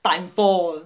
time four